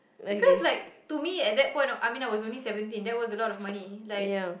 because like to me at that point I mean I was only seventeen that was a lot of money like